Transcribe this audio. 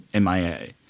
MIA